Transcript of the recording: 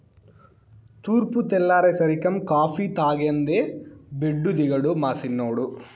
తూర్పు తెల్లారేసరికం కాఫీ తాగందే బెడ్డు దిగడు మా సిన్నోడు